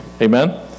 Amen